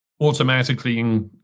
automatically